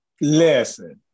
Listen